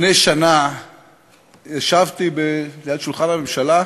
לפני שנה ישבתי ליד שולחן הממשלה,